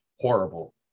Horrible